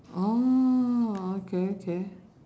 oh okay okay